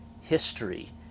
history